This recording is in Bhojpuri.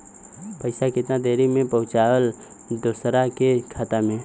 पैसा कितना देरी मे पहुंचयला दोसरा के खाता मे?